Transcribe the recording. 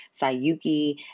Sayuki